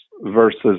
versus